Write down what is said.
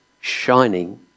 shining